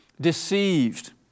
deceived